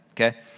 Okay